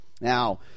Now